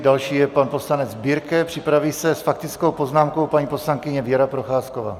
Další je pan poslanec Birke, připraví se s faktickou poznámkou paní poslankyně Věra Procházková.